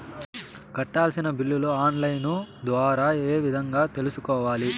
కట్టాల్సిన బిల్లులు online ద్వారా ఏ విధంగా తెలుసుకోవాలి?